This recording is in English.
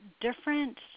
Different